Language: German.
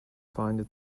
feinde